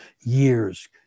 years